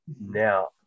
now